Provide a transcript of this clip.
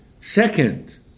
Second